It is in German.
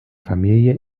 familie